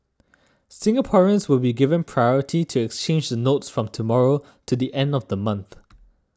Singaporeans will be given priority to exchange the notes from tomorrow to the end of next month